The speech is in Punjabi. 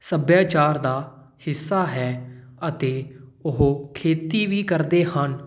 ਸੱਭਿਆਚਾਰ ਦਾ ਹਿੱਸਾ ਹੈ ਅਤੇ ਉਹ ਖੇਤੀ ਵੀ ਕਰਦੇ ਹਨ